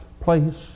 place